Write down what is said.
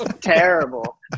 Terrible